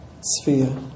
sphere